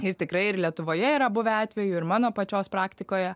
ir tikrai ir lietuvoje yra buvę atvejų ir mano pačios praktikoje